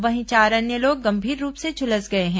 वहीं चार अन्य लोग गंभीर रूप से झुलस गए हैं